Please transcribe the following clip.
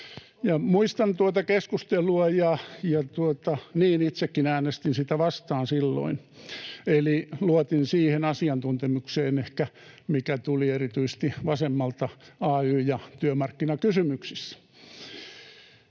muistan tuota keskustelua... Niin, itsekin äänestin sitä vastaan silloin, eli luotin ehkä siihen asiantuntemukseen, mikä tuli erityisesti vasemmalta, ay- ja työmarkkinakysymyksissä.